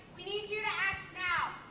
we need you to act now.